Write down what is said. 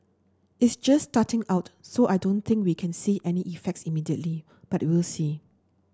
is just starting out so I don't think we can see any effects immediately but we'll see